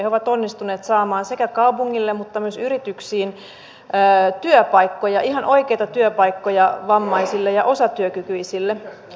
he ovat onnistuneet samaan sekä kaupungille että myös yrityksiin työpaikkoja ihan oikeita työpaikkoja vammaisille ja osatyökykyisille